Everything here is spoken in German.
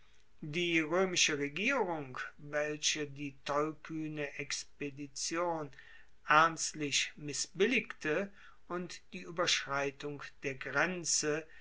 die roemische regierung welche die tollkuehne expedition ernstlich missbilligte und die ueberschreitung der grenze